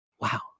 wow